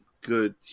good